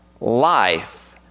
life